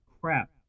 crap